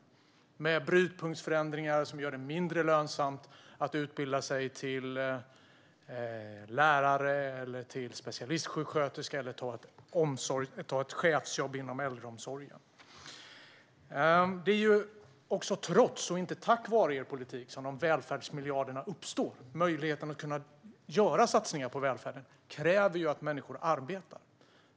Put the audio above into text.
Det har handlat om brytpunktsförändringar som gör det mindre lönsamt att utbilda sig till lärare eller specialistsjuksköterska eller ta ett chefsjobb inom äldreomsorgen. Det är också trots och inte tack vare er politik som välfärdsmiljarderna uppstod, Håkan Svenneling. Möjligheten att göra satsningar på välfärden kräver ju att människor arbetar.